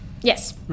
Yes